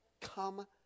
Come